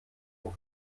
und